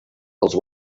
als